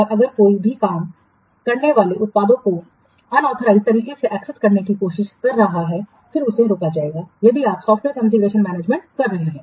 तो अगर कोई भी काम करने वाले उत्पादों को अनधिकृत तरीके से एक्सेस करने की कोशिश कर रहा है फिर उसे रोका जाएगा यदि आप सॉफ़्टवेयर कॉन्फ़िगरेशनमैनेजमेंट कर रहे हैं